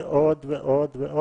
ועוד ועוד.